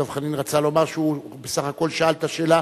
דב חנין רצה לומר שהוא בסך הכול שאל את השאלה